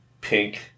pink